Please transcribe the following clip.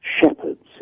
shepherds